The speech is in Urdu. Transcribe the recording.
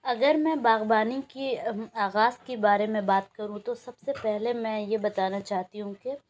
اگر میں باغبانی کی آغاز کے بارے میں بات کروں تو سب سے پہلے میں یہ بتانا چاہتی ہوں کہ